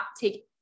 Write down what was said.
take